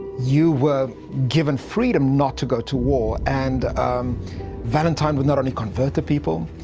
you were given freedom not to go to war, and valentine would not only convert the people,